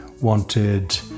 wanted